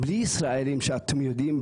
בלי ישראלים שאתם יודעים,